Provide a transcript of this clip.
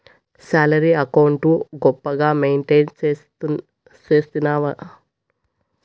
salary account గొప్పగా maintain సేస్తివనుకో బ్యేంకోల్లు భల్లే ఆపర్లిస్తాండాయి